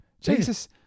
Jesus